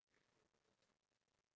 iya